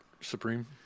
supreme